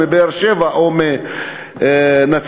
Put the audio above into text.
מבאר-שבע או מנצרת,